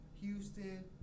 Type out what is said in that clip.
Houston